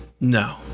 No